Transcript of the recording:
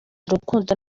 rukundo